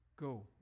go